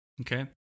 Okay